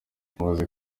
bamaze